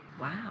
Wow